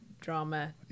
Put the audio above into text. drama